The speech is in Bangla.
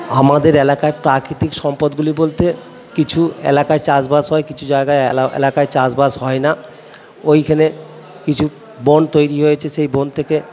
আমাদের এলাকায় প্রাকৃতিক সম্পদগুলি বলতে কিছু এলাকায় চাষ বাস হয় কিছু জায়গায় এলাকায় চাষ বাস হয় না ওইখানে কিছু বন তৈরি হয়েছে সেই বন থেকে